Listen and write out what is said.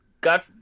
God